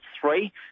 three